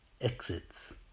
Exits